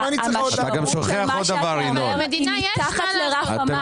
למה העשירון העליון צריך לקבל את ההטבה בכלל?